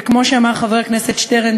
וכמו שאמר חבר הכנסת שטרן,